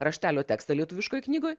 raštelio tekstą lietuviškoj knygoj